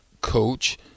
coach